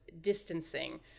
distancing